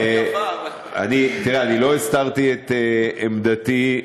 לאאא, תראה, לא הסתרתי את עמדתי.